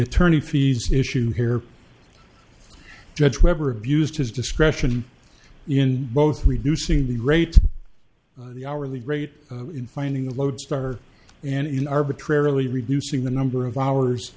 attorney fees issue here judge webber abused his discretion in both reducing the rate the hourly rate in finding a lodestar and in arbitrarily reducing the number of hours